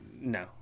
No